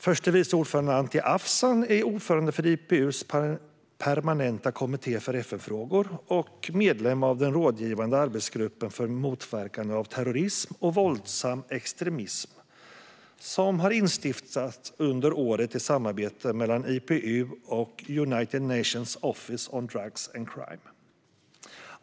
Förste vice ordförande Anti Avsan är ordförande för IPU:s permanenta kommitté för FN-frågor och medlem av den rådgivande arbetsgruppen för motverkande av terrorism och våldsam extremism, som har instiftats under året i samarbete mellan IPU och United Nations Office on Drugs and Crime.